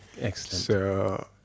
Excellent